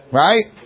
right